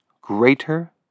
greater